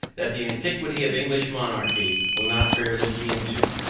that the antiquity of english monarchy will not bear looking into.